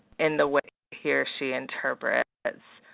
in the way he or she interprets.